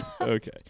Okay